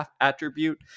attribute